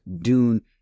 Dune